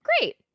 Great